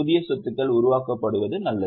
புதிய சொத்துக்கள் உருவாக்கப்படுவது நல்லது